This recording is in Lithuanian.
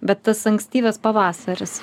bet tas ankstyvas pavasaris